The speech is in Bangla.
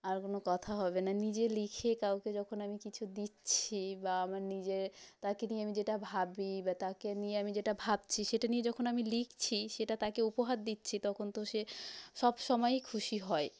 আর কোনো কথা হবে না নিজে লিখে কাউকে যখন আমি কিছু দিচ্ছি বা আমার নিজে তাকে নিয়ে আমি যেটা ভাবি বা তাকে নিয়ে আমি যেটা ভাবছি সেটা নিয়ে যখন আমি লিখছি সেটা তাকে উপহার দিচ্ছি তখন তো সে সব সময়ই খুশি হয়